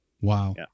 Wow